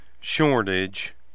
shortage